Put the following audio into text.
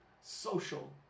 social